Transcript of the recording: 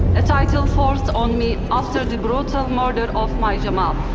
a title forced on me after the brutal murder of my jamal.